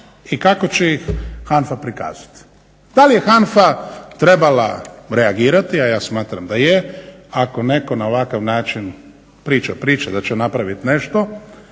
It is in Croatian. i kako će ih HANFA prikazati. Da li je HANFA trebala reagirati, a ja smatram da je ako netko na ovakav način priča priče da će napraviti nešto,